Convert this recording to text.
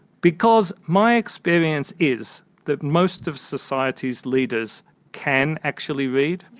because my experience is that most of society's leaders can actually read.